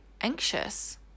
anxious